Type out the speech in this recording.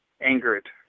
angered